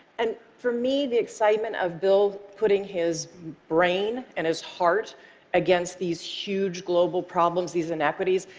and for me, the excitement of bill putting his brain and his heart against these huge global problems, these inequities,